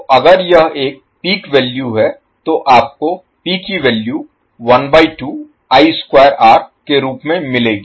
तो अगर यह एक पीक वैल्यू है तो आपको P की वैल्यू 12 I स्क्वायर R के रूप में मिलेगी